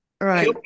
right